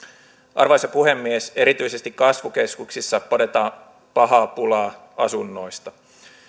arvoisa puhemies erityisesti kasvukeskuksissa podetaan pahaa pulaa asunnoista